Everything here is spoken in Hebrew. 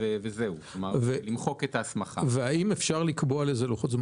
ובכלל זה לעניין הפרטים שייכללו בה,